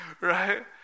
right